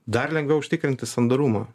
dar lengviau užtikrinti sandarumą